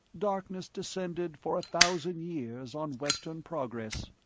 darkness descended for a thousand years on western progress.